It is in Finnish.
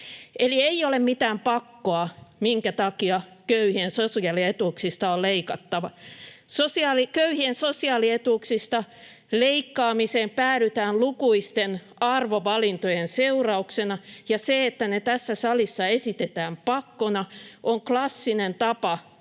Ei ole mitään pakkoa, minkä takia köyhien sosiaalietuuksista on leikattava. Köyhien sosiaalietuuksista leikkaamiseen päädytään lukuisten arvovalintojen seurauksena, ja se, että ne tässä salissa esitetään pakkona, on klassinen tapa piilottaa